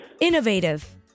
innovative